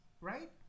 right